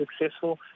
successful